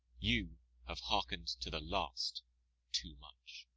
you have heark'ned to the last too much.